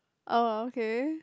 oh okay